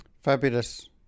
Fabulous